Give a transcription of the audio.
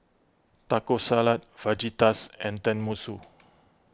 Taco Salad Fajitas and Tenmusu